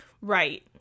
Right